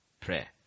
prayer